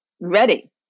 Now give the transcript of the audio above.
ready